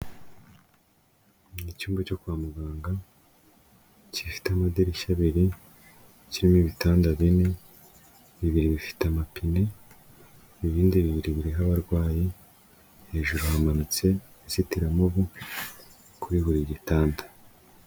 Ni icyumba cyo kwa muganga, gifite amadirishya abiri, kirimo ibitanda bine, bibiri bifite amapine, ibindi bibiri biriho abarwayi, hejuru hamanitse inzitiramubu kuri buri gitanda.